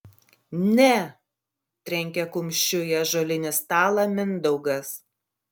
ne trenkė kumščiu į ąžuolinį stalą mindaugas